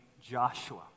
Joshua